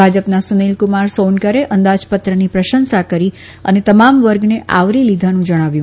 ભાજપના સુનીલકુમાર સોનકરે અંદાજપત્રની પ્રશંસા કરી અને તમામ વર્ગને આવરી લીધાનું જણાવ્યું